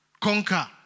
conquer